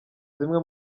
zimwe